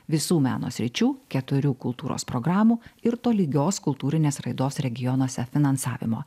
visų meno sričių keturių kultūros programų ir tolygios kultūrinės raidos regionuose finansavimo